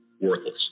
worthless